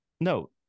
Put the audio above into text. No